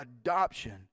adoption